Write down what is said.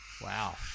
Wow